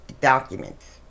documents